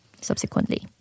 subsequently